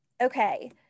Okay